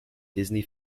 disney